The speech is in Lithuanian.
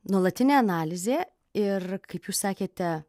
nuolatinė analizė ir kaip jūs sakėte